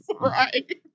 right